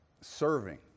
serving